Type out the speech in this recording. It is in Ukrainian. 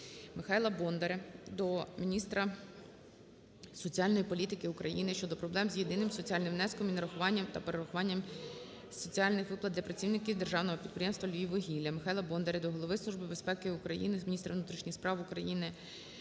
Михайла Бондаря до міністра соціальної політики України щодо проблем з єдиним соціальним внеском і нарахуванням та перерахування соціальних виплат для працівників Державного підприємства "Львіввугілля". Михайла Бондаря до Голови Служби безпеки України, міністра внутрішніх справ України,